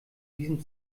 diesem